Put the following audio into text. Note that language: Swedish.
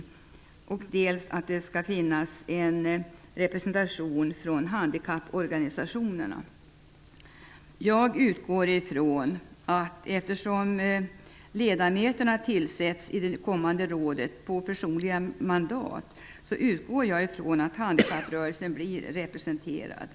Man kräver också att det skall finnas en representation från handikapporganisationerna. Eftersom ledamöterna i rådet skall tillsättas på personliga mandat, utgår jag från att handikapprörelsen blir representerad.